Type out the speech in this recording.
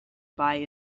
buy